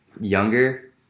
younger